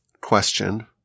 question